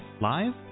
live